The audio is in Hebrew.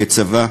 כצבא,